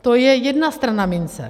To je jedna strana mince.